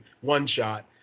One-Shot